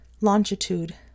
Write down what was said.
Longitude